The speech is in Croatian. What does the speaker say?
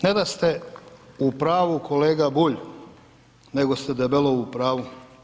Neda ste u pravu kolega Bulj, nego ste debelo u pravu.